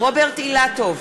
רוברט אילטוב,